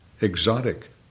exotic